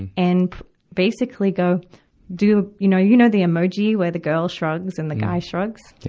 and and basically go do you know, you know the emoji where the girl shrugs and the guy shrugs?